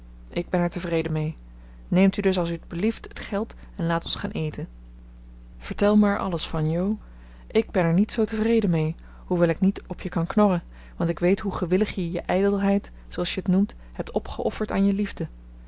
ik ben er tevreden mee neemt u dus als t u belieft het geld en laat ons gaan eten vertel me er alles van jo ik ben er niet zoo tevreden mee hoewel ik niet op je kan knorren want ik weet hoe gewillig je je ijdelheid zooals je het noemt hebt opgeofferd aan je liefde